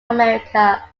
america